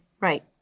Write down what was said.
Right